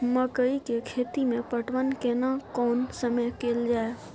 मकई के खेती मे पटवन केना कोन समय कैल जाय?